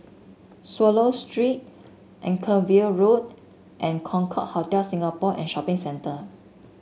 Swallow Street Anchorvale Road and Concorde Hotel Singapore and Shopping Centre